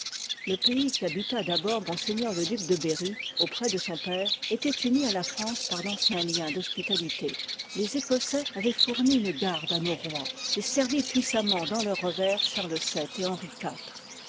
le pays qu'habita d'abord m s le duc de berry auprès de son père ëtoit uni à la france par d'anciens liens d'hospitalité les ecossais avoient fourni une garde à nos rois et servi puissamment dans leurs revers charles